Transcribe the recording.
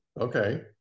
Okay